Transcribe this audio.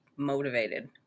motivated